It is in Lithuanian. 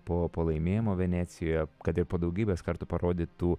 po po laimėjimo venecijoje kad ir po daugybės kartų parodytų